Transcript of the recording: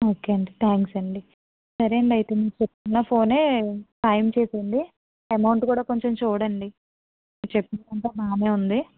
okay అండి thanks అండి సరే అండి అయితే మీరు చెప్తున్న ఫోన్ ఖాయం చేయండి అమౌంట్ కూడా కొంచెం చూడండి మీరు చెప్పింది అంతా బాగా ఉంది